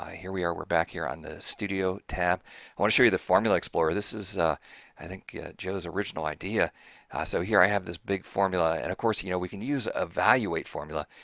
here we are, we're back here on the studio tab. i want to show you the formula explorer this is i think yeah joe's original idea ah so here i have this big formula and of course, you know we can use evaluate formula,